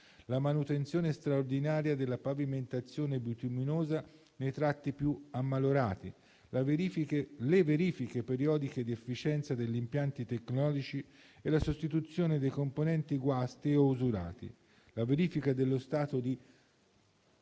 la manutenzione straordinaria della pavimentazione bituminosa nei tratti più ammalorati; le verifiche periodiche di efficienza degli impianti tecnologici e la sostituzione dei componenti guasti o usurati; la verifica dello stato di